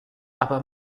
aber